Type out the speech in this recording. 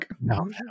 No